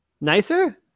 nicer